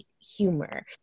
Humor